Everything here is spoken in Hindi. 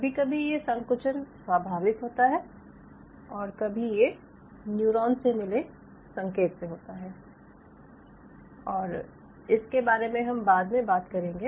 कभी कभी ये संकुचन स्वाभाविक होता है और कभी ये न्यूरॉन से मिले संकेत से होता है और इसके बारे में हम बाद में बात करेंगे